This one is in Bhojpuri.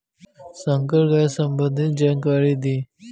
संकर गाय सबंधी जानकारी दी?